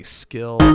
skill